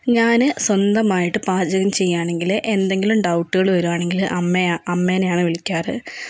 ഞാന് സ്വാന്തമായിട്ട് പാചകം ചെയ്യുകയാണെങ്കില് എന്തെങ്കിലും ഡൗട്ട്കള് വരികയാണെങ്കില് അമ്മയെ അമ്മേനെയാണ് വിളിക്കാറ്